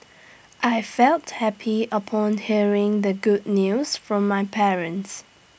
I felt happy upon hearing the good news from my parents